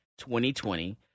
2020